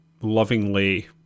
lovingly